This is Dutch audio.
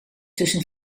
tussen